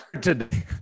today